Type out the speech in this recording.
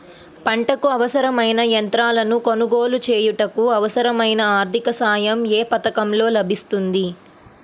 పంటకు అవసరమైన యంత్రాలను కొనగోలు చేయుటకు, అవసరమైన ఆర్థిక సాయం యే పథకంలో లభిస్తుంది?